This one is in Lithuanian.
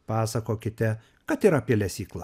pasakokite kad ir apie lesyklą